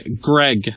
greg